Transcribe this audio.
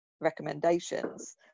recommendations